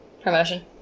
promotion